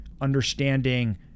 understanding